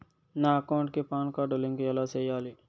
నా అకౌంట్ కి PAN card link ఎలా సేయాలి